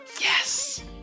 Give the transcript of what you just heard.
Yes